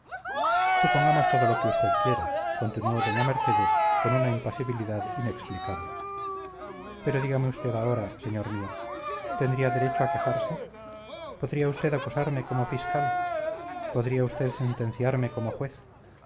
supongamos todo lo que usted quiera continuó doña mercedes con una impasibilidad inexplicable pero dígame usted ahora señor mío tendría usted derecho a quejarse podría usted acusarme como fiscal podría usted sentenciarme como juez